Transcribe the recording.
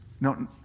No